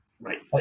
Right